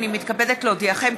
הינני מתכבדת להודיעכם,